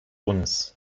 uns